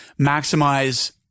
maximize